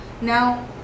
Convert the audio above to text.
Now